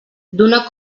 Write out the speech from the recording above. donar